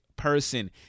Person